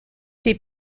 des